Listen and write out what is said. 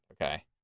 okay